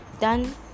done